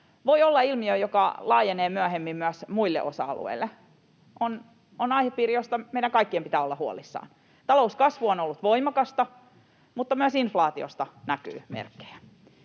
voi olla ilmiö, joka laajenee myöhemmin myös muille osa-alueille, on aihepiiri, josta meidän kaikkien pitää olla huolissaan. Talouskasvu on ollut voimakasta, mutta myös inflaatiosta näkyy merkkejä.